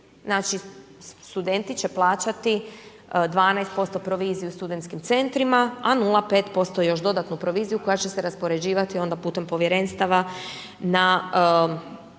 znači studenti će plaćati 12% proviziju studentskim centrima a 0,5% još dodatnu proviziju koja će se raspoređivati onda putem povjerenstava na